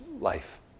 life